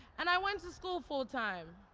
and i went to school full-time.